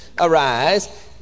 arise